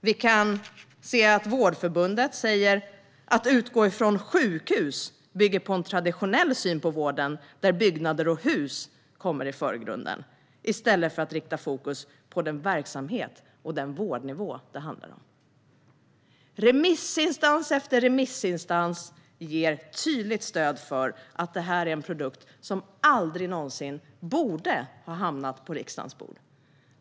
Vårdförbundet säger att detta med att utgå från sjukhus bygger på en traditionell syn på vården, där byggnader och hus kommer i förgrunden, i stället för att fokus riktas på den verksamhet och den vårdnivå det handlar om. Remissinstans efter remissinstans ger tydligt stöd för att detta är en produkt som aldrig någonsin borde ha hamnat på riksdagens bord.